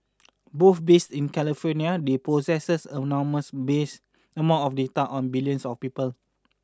both based in California they possess enormous mix amount of data on billions of people